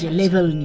level